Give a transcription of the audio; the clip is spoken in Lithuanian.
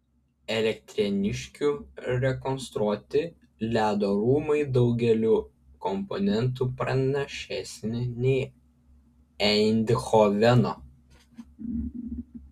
elektrėniškių rekonstruoti ledo rūmai daugeliu komponentų pranašesni nei eindhoveno